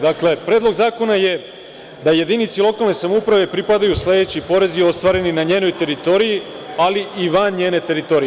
Dakle, predlog zakona je da jedinici lokalne samouprave pripadaju sledeći porezi ostvareni na njenoj teritoriji, ali i van njene teritorije.